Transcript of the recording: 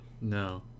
No